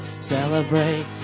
celebrate